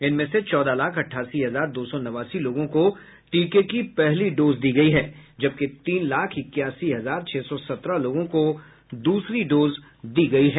इनमें से चौदह लाख अठासी हजार दो सौ नवासी लोगों को टीके की पहली डोज दी गयी है जबकि तीन लाख इक्यासी हजार छह सौ सत्रह लोगों को दूसरी डोज दी गयी है